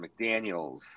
McDaniels